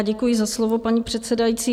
Děkuji za slovo, paní předsedající.